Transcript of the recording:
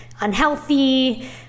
unhealthy